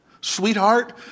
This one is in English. sweetheart